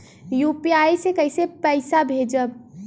UPI से कईसे पैसा भेजब?